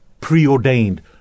preordained